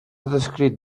descrit